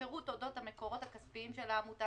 פירוט אודות המקורות הכספיים של העמותה,